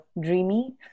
dreamy